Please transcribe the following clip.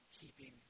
keeping